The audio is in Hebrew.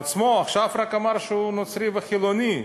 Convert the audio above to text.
בעצמו, רק עכשיו אמר שהוא נוצרי וחילוני,